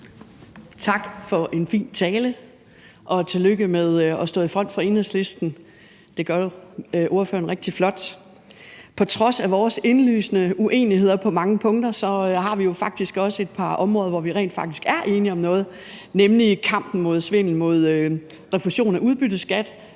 Tak for en fin tale, og tillykke med at stå i front for Enhedslisten; det gør ordføreren jo rigtig flot. På trods af vores indlysende uenigheder på mange punkter har vi jo rent faktisk også et par områder, hvor vi er enige om noget, nemlig kampen mod svindel med refusion af udbytteskat,